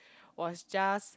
was just